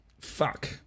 Fuck